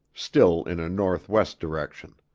still in a northwest direction.